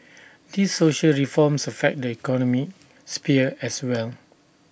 these social reforms affect the economic sphere as well